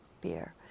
beer